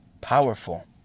powerful